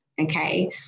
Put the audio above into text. okay